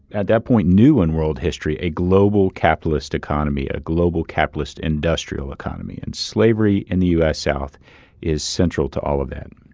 at that point, new in world history a global capitalist economy, a global capitalist industrial economy. and slavery in the u s. south is central to all of that.